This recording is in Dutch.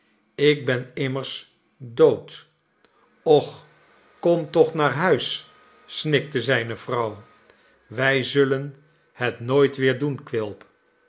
ik ben immers dood och kom toch naar huis snikte zijne vrouw wij zullen het nooit weer doen quilp